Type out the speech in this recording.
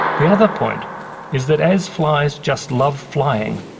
the other point is that as flies just love flying,